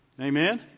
Amen